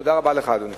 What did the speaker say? תודה רבה לך, אדוני.